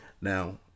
now